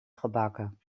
gebakken